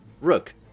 Rook